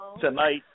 tonight